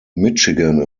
michigan